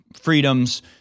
freedoms